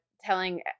telling